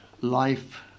life